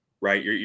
right